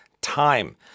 time